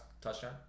touchdown